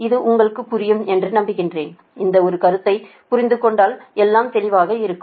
இது உங்களுக்கு புரியும் என்று நம்புகிறேன் இந்த ஒரு கருத்தை புரிந்து கொண்டால் எல்லாம் தெளிவாக இருக்கும்